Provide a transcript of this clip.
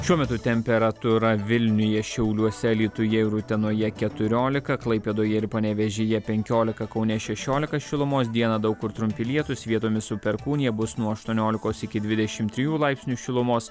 šiuo metu temperatūra vilniuje šiauliuose alytuje ir utenoje keturiolika klaipėdoje ir panevėžyje penkiolika kaune šešiolika šilumos dieną daug kur trumpi lietūs vietomis su perkūnija bus nuo aštuoniolikos iki dvidešimt trijų laipsnių šilumos